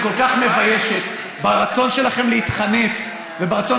היא כל כך מביישת ברצון שלכם להתחנף וברצון